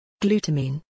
Glutamine